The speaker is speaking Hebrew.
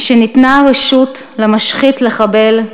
משניתנה הרשות למשחית לחבל,